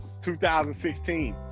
2016